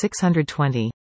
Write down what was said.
620